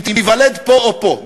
אם תיוולד פה או פה,